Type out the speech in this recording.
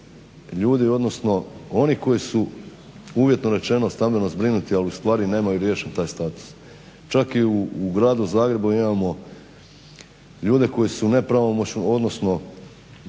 ljudi, odnosno onih koji su uvjetno rečeno stambeno zbrinuti, ali u stvari nemaju riješen taj status. Čak i u gradu Zagrebu imamo ljude koji su nepravomoćno, odnosno